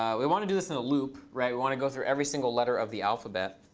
we want to do this in a loop, right? we want to go through every single letter of the alphabet.